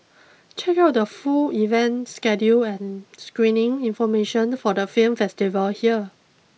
check out the full event schedule and screening information for the film festival here